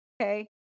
Okay